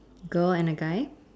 girl and a guy